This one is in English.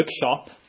bookshop